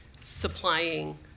supplying